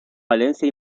valencia